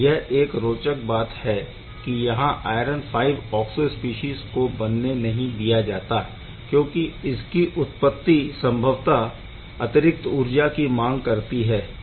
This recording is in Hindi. यह एक रोचक बात है कि यहाँ आयरन V ऑक्सो स्पीशीज़ को बनने नहीं दिया जाता क्योंकि इसकी उत्पत्ति संभवतः अतिरिक्त ऊर्जा की मांग करती होगी